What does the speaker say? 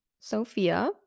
Sophia